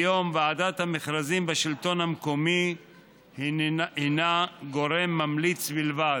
כיום ועדת המכרזים בשלטון המקומי הינה גורם ממליץ בלבד.